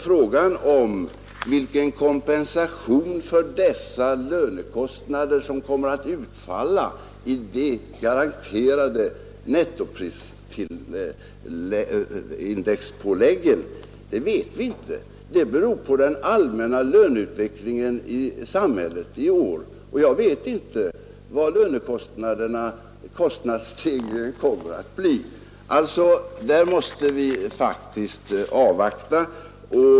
Frågan om vilken kompensation för dessa lönekostnader som kommer att utfalla i det garanterade nettoprisindexpålägget, det vet vi inte. Det beror på den allmänna löneutvecklingen i samhället i år, och jag vet inte vad lönekostnadsstegringen kommer att bli. Där måste vi faktiskt avvakta.